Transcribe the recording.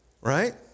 Right